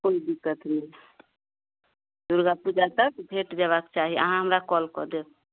कोइ दिक्कत नहि दुर्गा पूजा तक भेट जयबाक चाही अहाँ हमरा कॉल कऽ देब